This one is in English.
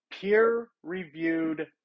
peer-reviewed